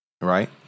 right